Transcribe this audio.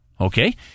Okay